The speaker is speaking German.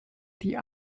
die